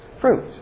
fruit